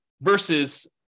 versus